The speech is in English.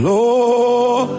Lord